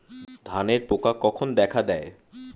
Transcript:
ধানের পোকা কখন দেখা দেয়?